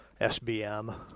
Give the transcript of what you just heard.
SBM